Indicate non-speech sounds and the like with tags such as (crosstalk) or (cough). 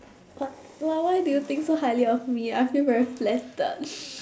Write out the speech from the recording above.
but !wah! why do you think so highly of me I feel very flattered (noise)